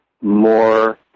more